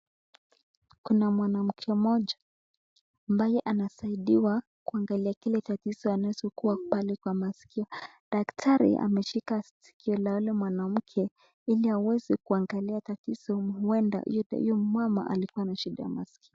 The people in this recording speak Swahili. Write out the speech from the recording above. Kuna mwanamke mmoja ambaye anasaidiwa kuangalia kile tatizo anachokuwa pale kwa maskio , daktari ameshika sikio la yule mwanamke ili aweze kuangalia tatizo huenda huyu mama alikuwa na shida maskio.